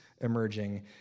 emerging